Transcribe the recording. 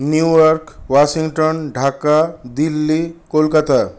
new York Washington Dhaka Delhi Kolkata